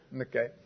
Okay